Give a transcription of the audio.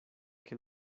que